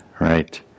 Right